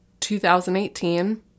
2018